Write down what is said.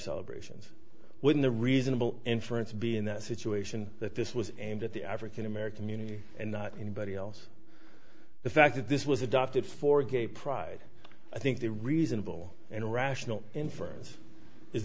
celebrations wouldn't a reasonable inference be in that situation that this was aimed at the african american unit and not anybody else the fact that this was adopted for gay pride i think the reasonable and rational inference is